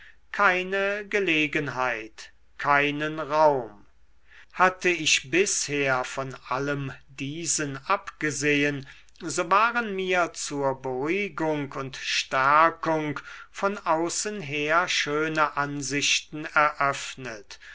keine gelegenheit keinen raum hatte ich bisher von allem diesen abgesehen so waren mir zur beruhigung und stärkung von außen her schöne ansichten eröffnet